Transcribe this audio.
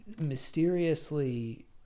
mysteriously